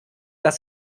dass